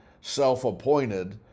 self-appointed